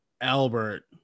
Albert